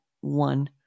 one